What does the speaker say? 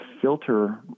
filter